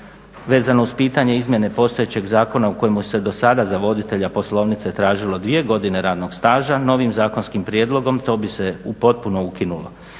Vezano uz pitanje izmjene postojećeg zakona u kojem se do sada za voditelja poslovnica tražilo dvije godine radnog staža novim zakonskim prijedlogom to bi se potpuno ukinulo.